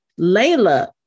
Layla